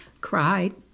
Cried